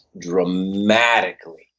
dramatically